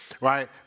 right